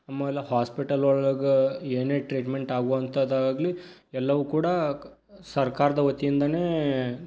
ಆಮೇಲ ಹಾಸ್ಪಿಟಲ್ಲೊಳಗೆ ಏನೇ ಟ್ರೀಟ್ಮೆಂಟ್ ಆಗುವಂಥದ್ದಾಗಲಿ ಎಲ್ಲವೂ ಕೂಡ ಕ್ ಸರ್ಕಾರದ ವತಿಯಿಂದಲೇ